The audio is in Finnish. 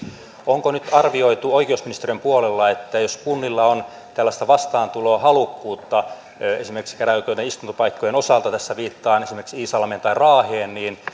onko nyt arvioitu oikeusministeriön puolella että jos kunnilla on tällaista vastaantulohalukkuutta esimerkiksi käräjäoikeuden istuntopaikkojen osalta tässä viittaan esimerkiksi iisalmeen tai raaheen